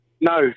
no